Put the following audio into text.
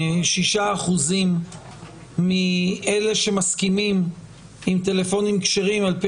שישה אחוזים מאלה שמסכימים עם טלפונים כשרים על-פי